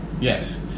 Yes